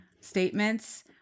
statements